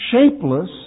shapeless